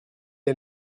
est